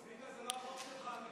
צביקה, זה לא החוק שלך.